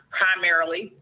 primarily